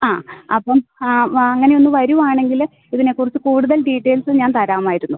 ആ അപ്പം ആ വാ അങ്ങനെയൊന്ന് വരികയാണെങ്കിൽ ഇതിനെ കുറിച്ച് കൂടുതൽ ഡീറ്റെയിൽസ് ഞാൻ തരാമായിരുന്നു